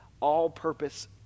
all-purpose